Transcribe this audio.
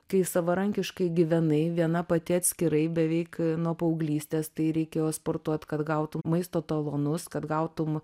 kai savarankiškai gyvenai viena pati atskirai beveik nuo paauglystės tai reikėjo sportuot kad gautum maisto talonus kad gautum